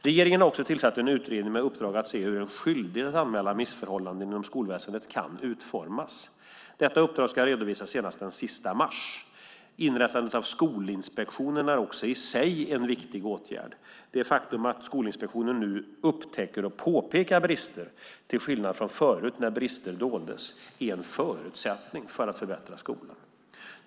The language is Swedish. Regeringen har också tillsatt en utredning med uppdrag att se hur en skyldighet att anmäla missförhållanden inom skolväsendet kan utformas. Detta uppdrag ska redovisas senast den 31 mars. Inrättandet av Skolinspektionen är också i sig en viktig åtgärd. Det faktum att Skolinspektionen nu upptäcker och påpekar brister, till skillnad från förut när brister doldes, är en förutsättning för att förbättra skolan.